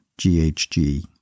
GHG